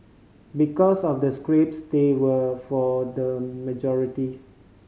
because of the scripts they were for the majority